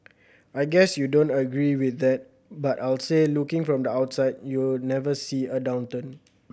I guess you don't agree with that but I'll say looking from the outside you never see a downturn